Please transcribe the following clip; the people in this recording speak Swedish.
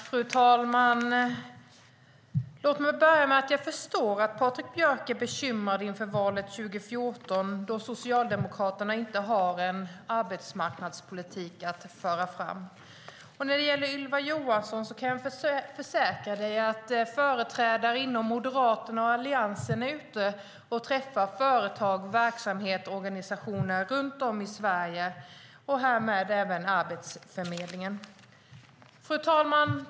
Fru talman! Låt mig börja med att säga att jag förstår att Patrik Björck är bekymrad inför valet 2014, eftersom Socialdemokraterna inte har någon arbetsmarknadspolitik att föra fram. Jag kan försäkra Ylva Johansson att företrädare inom Moderaterna och Alliansen är ute och träffar företag, olika verksamheter och organisationer runt om i Sverige och därmed även Arbetsförmedlingen.